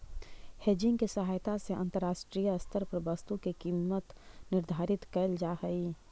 hedging के सहायता से अंतरराष्ट्रीय स्तर पर वस्तु के कीमत निर्धारित कैल जा हई